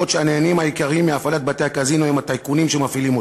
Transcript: בעוד הנהנים העיקריים מהפעלת בתי-הקזינו הם הטייקונים שמפעילים אותם.